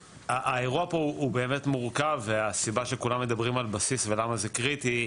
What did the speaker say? האירוע פה הוא באמת מורכב והסיבה שכולם מדברים על בסיס ולמה זה קריטי?